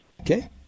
Okay